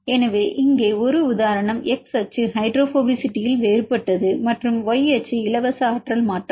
எனவே இங்கே ஒரு உதாரணம் x அச்சு ஹைட்ரோபோபசிட்டியில் வேறுபட்டது மற்றும் Y அச்சு இலவச ஆற்றல் மாற்றம்